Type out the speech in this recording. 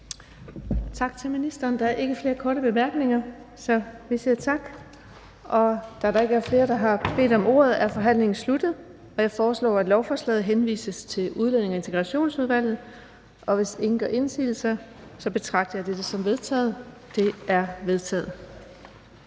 Tak til ministeren. Der er ikke flere korte bemærkninger, så vi siger tak. Da der ikke er flere, der har bedt om ordet, er forhandlingen sluttet. Jeg foreslår, at lovforslaget henvises til hos Udlændinge- og Integrationsudvalget. Hvis ingen gør indsigelse, betragter jeg dette som vedtaget. Det er vedtaget.